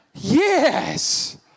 Yes